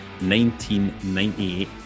1998